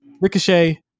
Ricochet